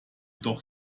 doch